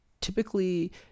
typically